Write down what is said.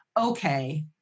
okay